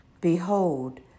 Behold